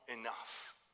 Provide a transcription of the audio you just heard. enough